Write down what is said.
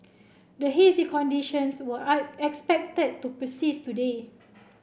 the hazy conditions were expected to persist today